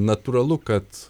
natūralu kad